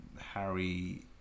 Harry